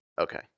Okay